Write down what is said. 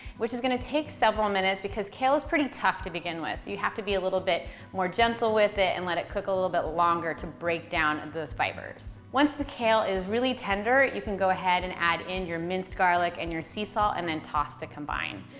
which is gonna take several minutes, because kale is pretty tough to begin with, so you have to be a little bit more gentle with it and let it cook a little bit longer to break down those fibers. once the kale is really tender, you can go ahead and add in your minced garlic and your sea salt and then toss to combine.